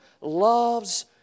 loves